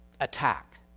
attack